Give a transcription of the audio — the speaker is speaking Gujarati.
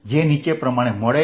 જે નીચે પ્રમાણે મળે છે